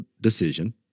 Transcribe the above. decision